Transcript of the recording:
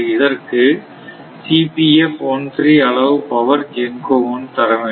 இதற்கு அளவு power GENCO 1 தரவேண்டும்